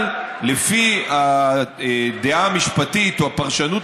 אבל לפי הדעה המשפטית או הפרשנות